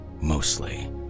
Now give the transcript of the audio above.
Mostly